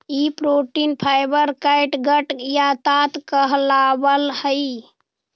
ई protein fibre catgut या ताँत कहलावऽ हई